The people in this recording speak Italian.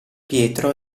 pietro